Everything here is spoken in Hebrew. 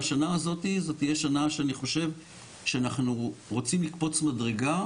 והשנה הזאת תהיה שנה שאנחנו רוצים לקפוץ מדרגה,